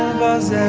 was